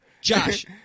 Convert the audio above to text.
Josh